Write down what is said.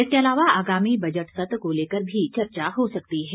इसके अलावा आगामी बजट सत्र को लेकर भी चर्चा हो सकती है